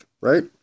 right